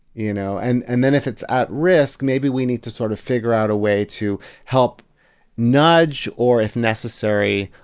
you know and and then if it's at risk, maybe we need to sort of figure out a way to help nudge, or, if necessary,